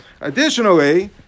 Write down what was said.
Additionally